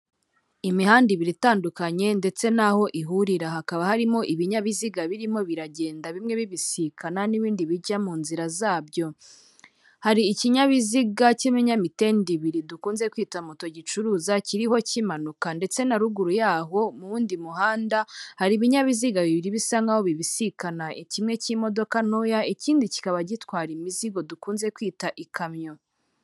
Imihanda ibiri itandukanye ndetse n'aho ihurira hakaba harimo ibinyabiziga birimo biragenda bimwe bibisikana n'ibindi bijya mu nzira zabyo. Hari ikinyabiziga cy'ibinyamitende dukunze kwita moto gicuruza, kiriho kimanuka ndetse na ruguru yaho mu wundi muhanda hari ibinyabiziga bibiri bisa n'aho bibisikana kimwe cy'imodoka ntoya, ikindi kikaba gitwara imizigo dukunze kwita ikamyo.